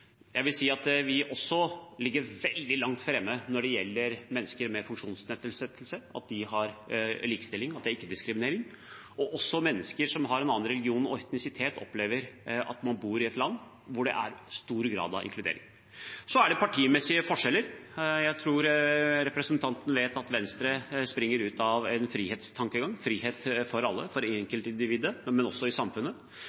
Jeg vil si at vi også ligger veldig langt framme når det gjelder mennesker med funksjonsnedsettelse – at de har likestilling, at det er ikke-diskriminering. Også mennesker som har en annen religion og etnisitet, opplever at man bor i et land hvor det er stor grad av inkludering. Så er det partimessige forskjeller. Jeg tror representanten vet at Venstre springer ut av en frihetstankegang – frihet for alle, for